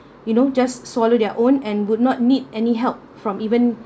you know just swallow their own and would not need any help from even